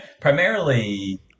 primarily